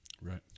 right